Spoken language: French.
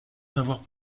savoir